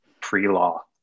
pre-law